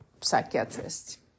psychiatrist